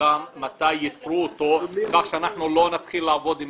וגם מתי ייצרו אותו, כדי שלא נתחיל לעבוד עם